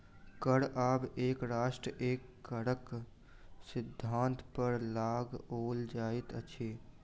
कर आब एक राष्ट्र एक करक सिद्धान्त पर लगाओल जाइत अछि